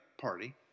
Party